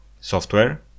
software